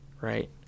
right